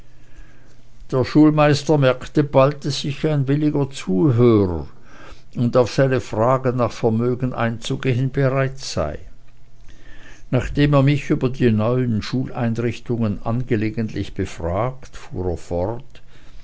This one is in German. der schulmeister merkte bald daß ich ein williger zuhörer und auf seine fragen nach vermögen einzugehen bereit sei nachdem er mich über die neuen schuleinrichtungen angelegentlich befragt fuhr er fort